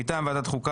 מטעם ועדת החוקה,